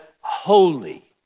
holy